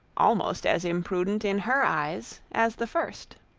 almost as imprudent in her eyes as the first.